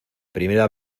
primera